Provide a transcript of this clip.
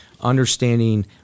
Understanding